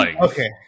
Okay